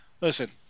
Listen